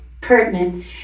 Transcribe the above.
pertinent